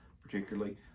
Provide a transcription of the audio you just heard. particularly